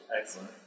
excellent